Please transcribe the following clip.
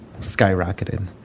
skyrocketed